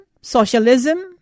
socialism